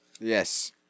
Yes